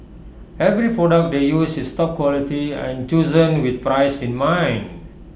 every product they use is top quality and chosen with price in mind